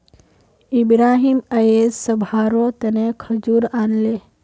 इब्राहिम अयेज सभारो तने खजूर आनले